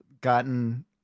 gotten